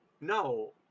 no